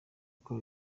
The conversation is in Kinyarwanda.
uko